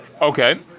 Okay